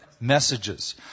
messages